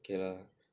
okay lah